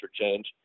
change